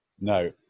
No